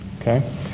okay